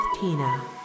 Tina